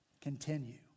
Continue